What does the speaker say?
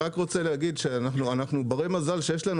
אני רק רוצה להגיד שאנחנו ברי מזל שיש לנו